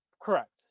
Correct